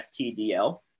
FTDL